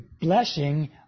blessing